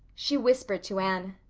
she whispered to anne.